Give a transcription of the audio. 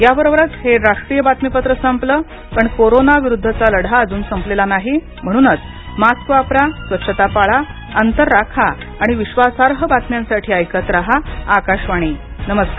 याबरोबरच हे राष्ट्रीय बातमीपत्र संपलं पण कोरोना विरुद्धचा लढा अजून संपलेला नाही म्हणूनच मास्क वापरा स्वच्छता पाळा अंतर राखा आणि विश्वासार्ह बातम्यांसाठी ऐकत रहा आकाशवाणी नमस्कार